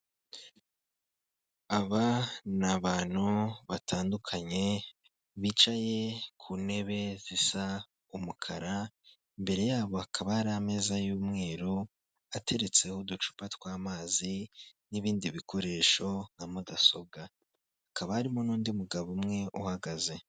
Aba ni abantu batandukanye, bicaye ku ntebe zisa umukara, imbere yabo hakaba hari ameza y'umweru, ateretseho uducupa tw'amazi n'ibindi bikoresho nka mudasobwa, hakaba harimo n'undi mugabo umwe uhagaze.